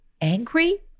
angry